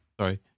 Sorry